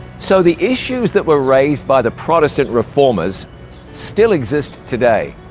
so the issues that were raised by the protestant reformers still exist today,